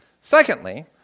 Secondly